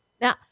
Now